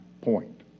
point